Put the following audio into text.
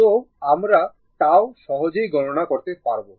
তো আমরা τ সহজেই গণনা করতে পারবো